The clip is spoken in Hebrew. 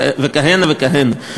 וכהנה וכהנה.